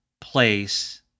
place